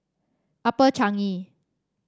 Upper Changi